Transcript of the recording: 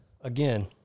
again